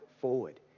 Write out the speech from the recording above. forward